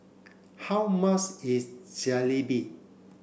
how much is Jalebi